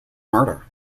murder